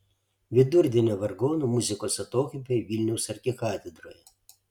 vidurdienio vargonų muzikos atokvėpiai vilniaus arkikatedroje